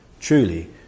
Truly